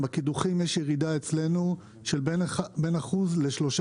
בקידוחים יש ירידה אצלנו של בין אחוז לשלושה